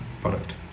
product